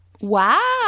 wow